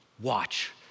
watch